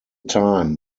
time